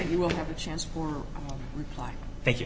you will have a chance for reply thank you